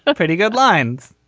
ah pretty good lines